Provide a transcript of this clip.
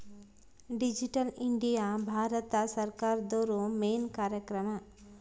digital India Bharat ಸರ್ಕಾರ್ದೊರ್ದು main ಕಾರ್ಯಕ್ರಮ